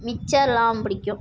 மிச்சர்லாம் பிடிக்கும்